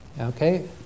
Okay